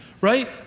Right